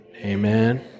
amen